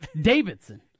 Davidson